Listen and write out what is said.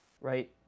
right